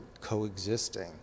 coexisting